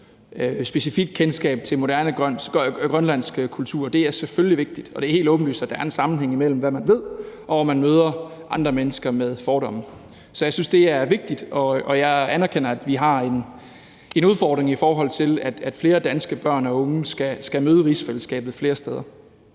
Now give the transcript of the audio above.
specifikt kendskab til moderne grønlandsk kultur. Det er selvfølgelig vigtigt, og det er helt åbenlyst, at der er en sammenhæng mellem, hvad man ved, og om man møder andre mennesker med fordomme. Så jeg synes, det er vigtigt, og jeg anerkender, at vi har en udfordring, i forhold til at flere danske børn og unge skal møde rigsfællesskabet flere steder.